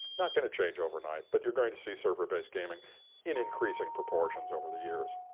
not going to change overnight but you're going to see server-based gaming in increasing proportions over the years.